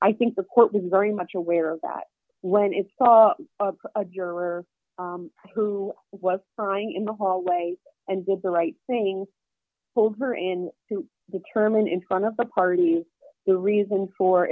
i think the court was very much aware of that when it's all of a juror who was crying in the hallway and with the right things over and to determine in front of the parties the reason for